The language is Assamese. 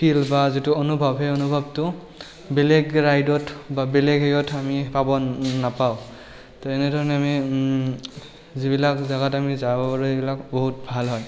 ফিল বা যিটো অনুভৱ সেই অনুভৱটো বেলেগ ৰাইডত বা বেলেগ হেৰিয়ত আমি পাব নাপাওঁ তো এনেধৰণে আমি যিবিলাক জেগাত আমি যাব পাৰোঁ সেইবিলাক বহুত ভাল হয়